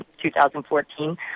2014